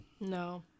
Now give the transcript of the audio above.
No